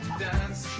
dance